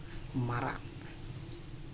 ᱢᱟᱨᱟᱜ